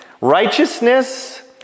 righteousness